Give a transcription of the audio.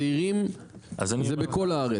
צעירים זה בכל הארץ.